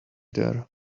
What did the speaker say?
there